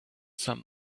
some